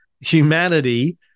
humanity